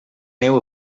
neu